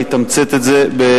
ולכן אני אתמצת את זה בדקה-שתיים.